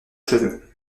cheveux